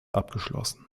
abgeschlossen